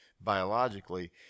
biologically